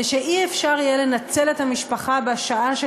ושלא יהיה אפשר לנצל את המשפחה בשעה של